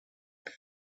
but